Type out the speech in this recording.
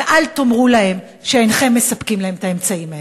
ואל תאמרו להם שאינכם מספקים להם את האמצעים האלה.